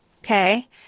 okay